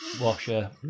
washer